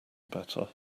better